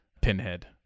Pinhead